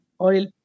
oil